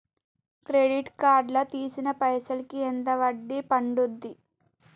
Credit card లా తీసిన పైసల్ కి ఎంత వడ్డీ పండుద్ధి?